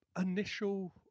initial